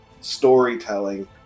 storytelling